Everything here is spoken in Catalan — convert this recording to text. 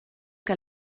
que